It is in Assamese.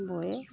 বয়ে